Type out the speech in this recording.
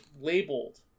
labeled